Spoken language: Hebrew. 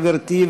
גברתי,